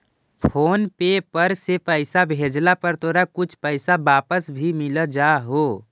phone पे पर से पईसा भेजला पर तोरा कुछ पईसा वापस भी मिल जा हो